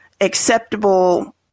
acceptable